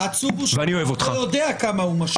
העצוב הוא שאתה עוד לא יודע עד כמה הוא מושחת.